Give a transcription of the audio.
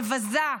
מבזה,